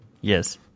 Yes